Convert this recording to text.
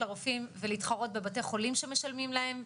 לרופאים ולהתחרות בבתי חולים שמשלמים להם?